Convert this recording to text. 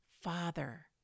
father